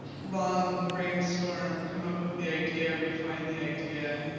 long brain-storm, come up with the idea, refine the idea,